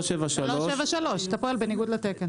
373. 373, אתה פועל בניגוד לתקן.